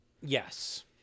Yes